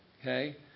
Okay